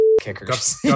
kickers